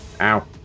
Ow